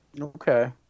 Okay